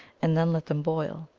and then let them boil.